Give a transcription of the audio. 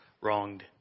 wronged